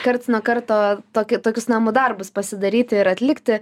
karts nuo karto toki tokius namų darbus pasidaryti ir atlikti